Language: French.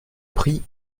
prit